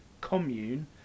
commune